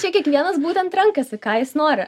čia kiekvienas būtent renkasi ką jis nori